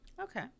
Okay